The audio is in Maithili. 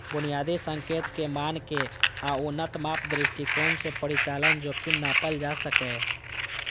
बुनियादी संकेतक, मानक आ उन्नत माप दृष्टिकोण सं परिचालन जोखिम नापल जा सकैए